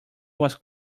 was